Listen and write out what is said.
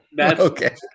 Okay